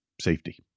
safety